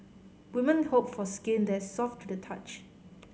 women hope for skin that soft to the touch